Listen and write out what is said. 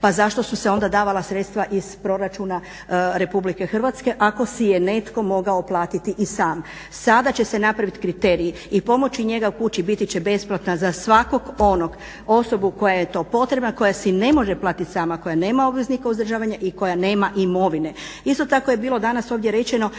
pa zašto su se onda davala sredstva iz proračuna RH ako si je netko mogao platiti i sam. Sada će se napraviti kriterij i pomoć i njega u kući biti će besplatna za svakog onog, osobu koja je to potrebna, koja si ne može platiti sama, koja nema obveznika uzdržavanje i koja nema imovine. Isto tako je bilo danas ovdje rečeno